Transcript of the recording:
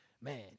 Man